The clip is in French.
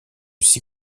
six